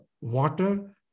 water